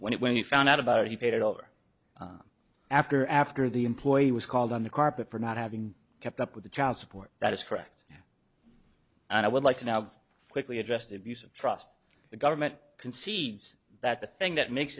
when it when you found out about it he paid it over after after the employee was called on the carpet for not having kept up with the child support that is correct and i would like to know how quickly address the abuse of trust the government concedes that the thing that makes